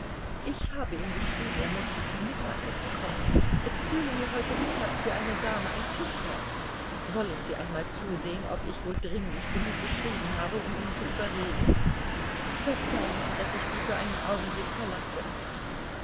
ich habe ihm geschrieben er möchte zum mittagessen kommen es fehle mir heute mittag für eine dame ein tischherr wollen sie einmal zusehen ob ich wohl dringlich genug geschrieben habe um ihn zu überreden verzeihen sie daß ich sie für einen augenblick verlasse